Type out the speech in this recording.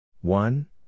One